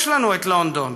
יש לנו את לונדון.